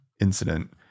incident